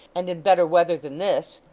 and in better weather than this.